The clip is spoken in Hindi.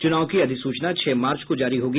चुनाव की अधिसूचना छह मार्च को जारी होगी